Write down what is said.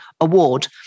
award